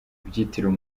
byitiriwe